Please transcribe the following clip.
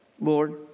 Lord